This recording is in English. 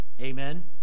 Amen